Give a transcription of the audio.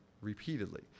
repeatedly